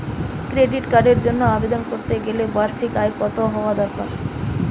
Credit কার্ডের জন্য আবেদন করতে গেলে বার্ষিক আয় কত হওয়া দরকার?